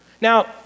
Now